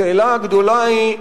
השאלה הגדולה היא,